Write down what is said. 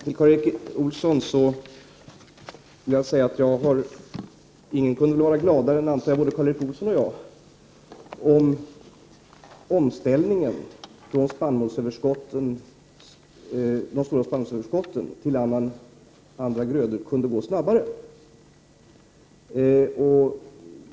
Till Karl Erik Olsson vill jag säga att ingen skulle vara gladare än Karl Erik Olsson och jag om omställningen till andra grödor och bort från spannmålsöverskotten kunde gå snabbare.